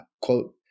quote